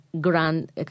grand